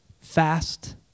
fast